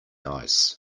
ice